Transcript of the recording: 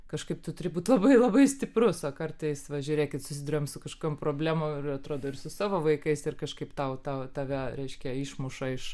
kažkaip tu turi būt labai labai stiprus kartais va žiūrėkit susiduriam su kažkam problemų ir atrodo ir su savo vaikais ir kažkaip tau tau tave reiškia išmuša iš